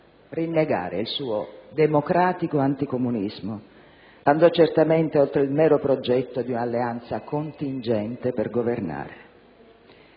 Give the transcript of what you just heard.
rinnegare il suo democratico anticomunismo, andò certamente oltre il mero progetto di un'alleanza contingente per governare.